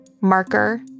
Marker